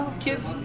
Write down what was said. kids